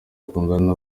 bakundana